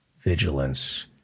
vigilance